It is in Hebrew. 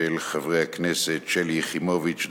של חברי הכנסת שלי יחימוביץ,